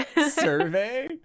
survey